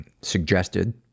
suggested